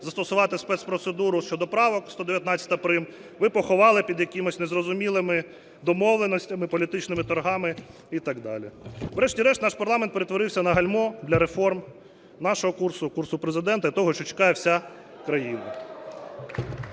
застосувати спецпроцедуру щодо правок 119 прим. ви поховали під якимось незрозумілими домовленостями, політичними торгами і так далі. Врешті-решт наш парламент перетворився на гальмо для реформ нашого курсу, курсу Президента і того, що чекає вся країна.